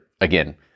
again